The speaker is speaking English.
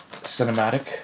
cinematic